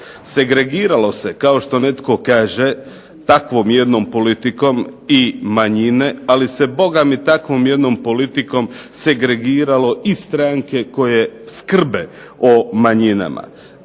Segregiralo se, kao što netko kaže, takvom jednom politikom i manjine, ali se bogami takvom jednom politikom segregiralo i stranke koje skrbe o manjinama.